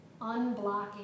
unblocking